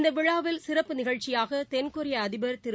இந்த விழாவில் சிறப்பு நிகழ்ச்சியாக தென்கொரிய அதிபர் திரு